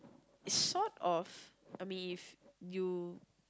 is sort of I mean if you